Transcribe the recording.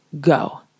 go